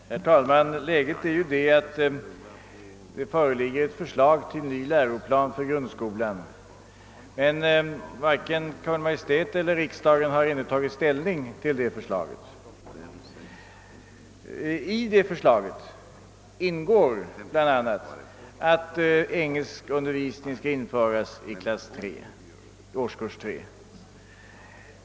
Herr talman! Läget är ju det att det föreligger ett förslag till ny läroplan för grundskolan men att varken Kungl. Maj:t eller riksdagen har tagit ställning till det förslaget. I förslaget ingår bl.a. att undervisning i engelska skall införas i årskurs 3.